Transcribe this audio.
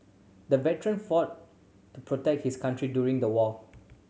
the veteran fought to protect his country during the war